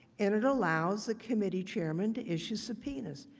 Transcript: and it allowed the committee chairman to issue subpoenas.